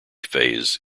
phase